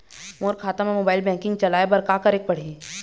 मोर खाता मा mobile banking चलाए बर का करेक पड़ही?